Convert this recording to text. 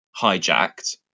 hijacked